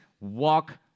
walk